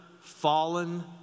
fallen